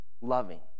loving